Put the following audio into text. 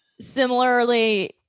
Similarly